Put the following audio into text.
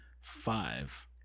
Five